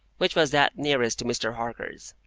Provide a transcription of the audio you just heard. which was that nearest to mr. harker's.